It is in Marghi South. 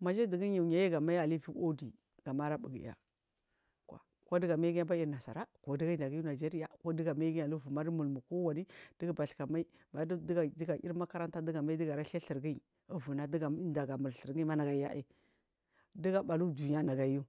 Majadig yi a livi udi gamai aleba bugiya kodiga mai gin alar e erin nasara kodiga indagin u nigeria kodigamagin alu vumari mulmu kamari digu baska mai maja diga in makaranta digamai gale gur thur gin uvuna diga an diga mul thur ginma nagayi ai diga abalu dunya nagayiai